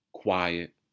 Quiet